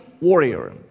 warrior